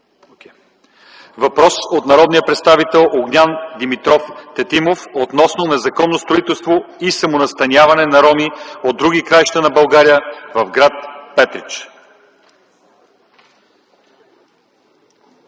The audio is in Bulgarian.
Въпрос от народния представител Огнян Димитров Тетимов относно незаконно строителство и самонастаняване на роми от други краища на България в гр. Петрич.